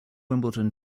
wimbledon